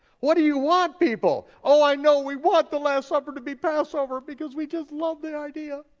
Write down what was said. what do you want, people? oh, i know, we want the last supper to be passover because we just love the idea.